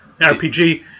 RPG